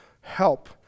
help